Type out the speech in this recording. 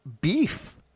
beef